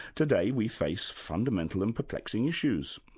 today we face fundamental and perplexing issues,